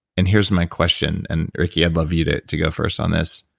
and here's my question, and, ricki, i'd love you to to go first on this.